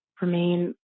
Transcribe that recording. remain